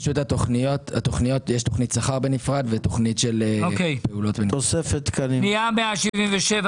יש תוכנית שכר בנפרד ותוכנית של פעולות- -- פנייה 177,